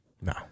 no